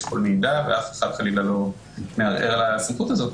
כל מידע ואף אחד כנראה לא מערער על הסמכות הזאת.